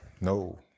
No